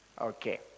Okay